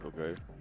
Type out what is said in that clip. Okay